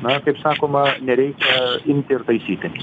na kaip sakoma nereikia imti ir taisyti